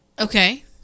Okay